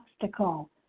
obstacle